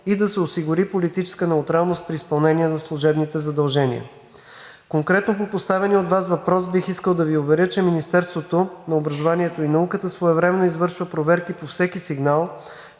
и да се осигури политическа неутралност при изпълнение на служебните задължения. Конкретно по поставения от Вас въпрос бих искал да Ви уверя, че Министерството на образованието и науката своевременно извършва проверки по всеки сигнал,